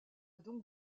donc